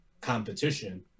competition